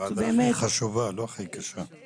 הוועדה הכי חשובה, לא הכי קשה.